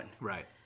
Right